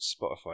Spotify